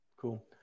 cool